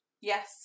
Yes